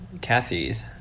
Kathy's